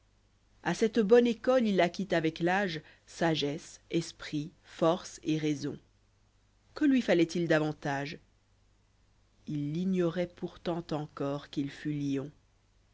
a cette bonne école il acquit avec l'âge sagesse esprit force et raison que lui falloifc il davantage il ignorait pourtant encor qu'il fût